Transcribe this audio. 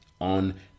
on